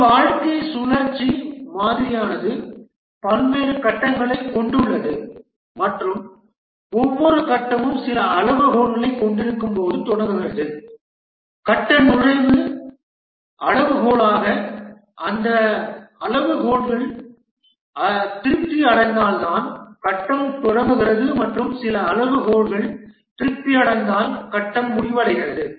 ஒரு வாழ்க்கைச் சுழற்சி மாதிரியானது பல்வேறு கட்டங்களைக் கொண்டுள்ளது மற்றும் ஒவ்வொரு கட்டமும் சில அளவுகோல்களைக் கொண்டிருக்கும்போது தொடங்குகிறது கட்ட நுழைவு அளவுகோலாக அந்த அளவுகோல்கள் திருப்தி அடைந்தால்தான் கட்டம் தொடங்குகிறது மற்றும் சில அளவுகோல்கள் திருப்தி அடைந்தால் கட்டம் முடிவடைகிறது